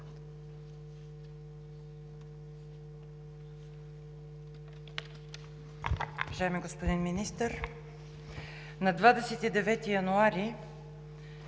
Благодаря,